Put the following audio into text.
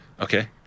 Okay